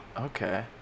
Okay